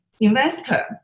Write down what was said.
investor